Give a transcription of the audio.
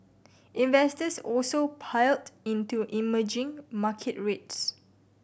investors also piled into emerging market trades